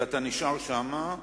ואתה נשאר שם.